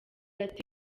ati